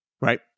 Right